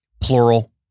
plural